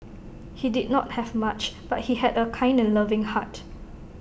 he did not have much but he had A kind and loving heart